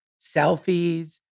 Selfies